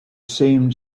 seemed